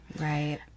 Right